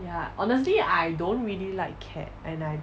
ya honestly I don't really like cat and I